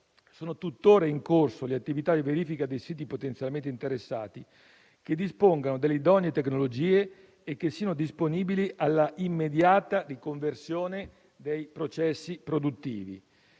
sono tutt'ora in corso le attività di verifica dei siti potenzialmente interessati, che dispongano delle idonee tecnologie e che siano disponibili alla immediata riconversione dei processi produttivi.